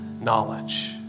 knowledge